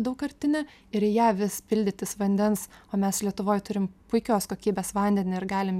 daugkartinę ir į ją vis pildytis vandens o mes lietuvoj turim puikios kokybės vandenį ir galim